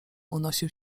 unosił